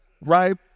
right